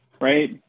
right